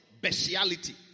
bestiality